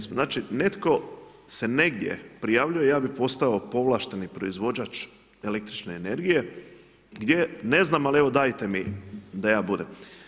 Znači, netko se negdje prijavljuje, ja bi postao povlašteni proizvođač električne energije, gdje ne znam, ali evo, dajte mi da ja bude.